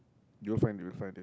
your friend find it